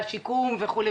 שיקום וכו'.